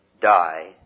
die